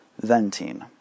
venting